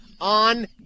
on